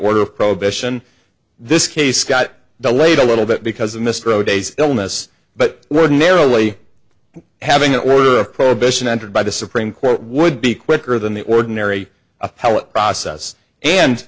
order of prohibition this case got delayed a little bit because of mr o days illness but ordinarily having an order of prohibition entered by the supreme court would be quicker than the ordinary appellate process and